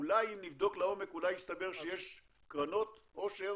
אולי אם נבדוק לעומק יסתבר שיש קרנות עושר